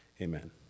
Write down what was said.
Amen